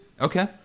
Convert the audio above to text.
Okay